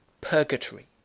Purgatory